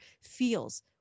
feels